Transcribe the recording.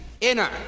inner